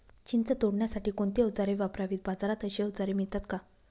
चिंच तोडण्यासाठी कोणती औजारे वापरावीत? बाजारात अशी औजारे मिळतात का?